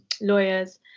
lawyers